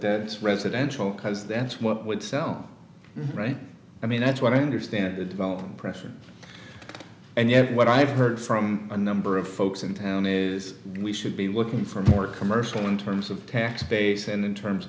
that residential cuz that's what would sell right i mean that's what i understand the development pressure and you know what i've heard from a number of folks in town news we should be looking for more commercial in terms of tax base and in terms